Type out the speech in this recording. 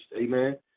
amen